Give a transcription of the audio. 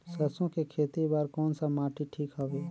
सरसो के खेती बार कोन सा माटी ठीक हवे?